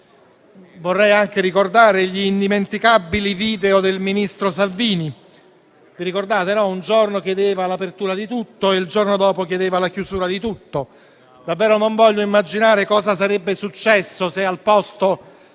Vorrei anche ricordare gli indimenticabili video del ministro Salvini, che un giorno chiedeva l'apertura di tutto e il giorno dopo chiedeva la chiusura di tutto. Davvero non voglio immaginare cosa sarebbe successo se al posto